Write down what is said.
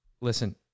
listen